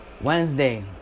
Wednesday